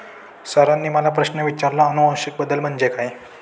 सरांनी मला प्रश्न विचारला आनुवंशिक बदल म्हणजे काय?